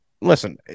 Listen